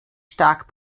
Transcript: stark